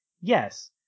Yes